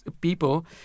people